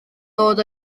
dod